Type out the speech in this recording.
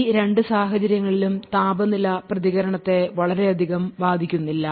ഈ രണ്ട് സാഹചര്യങ്ങളിലും താപനില പ്രതികരണത്തെ വളരെയധികം ബാധിക്കുന്നില്ല